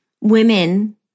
women